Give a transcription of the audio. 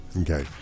Okay